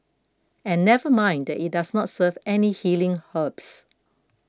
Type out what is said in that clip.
and never mind that it does not serve any healing herbs